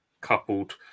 coupled